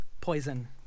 poison